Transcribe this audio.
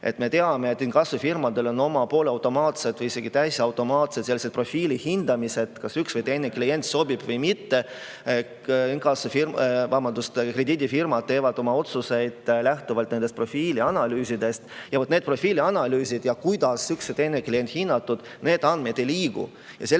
Me teame, et inkassofirmadel on oma poolautomaatsed või isegi täisautomaatsed profiilihindamised, kas üks või teine klient sobib või mitte. Krediidifirmad teevad oma otsuseid lähtuvalt profiilianalüüsidest ja vot, need profiilianalüüsid, kuidas üht või teist klienti on hinnatud, need andmed ei liigu